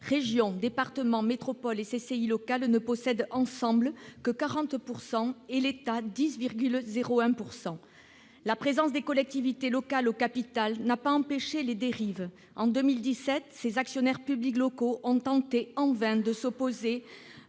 de commerce et d'industrie locale ne possèdent ensemble que 40 % et l'État 10,01 %. La présence des collectivités locales au capital n'a pas empêché les dérives. En 2017, ces actionnaires publics locaux ont tenté en vain de s'opposer